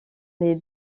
les